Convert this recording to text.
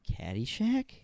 Caddyshack